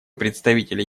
представителя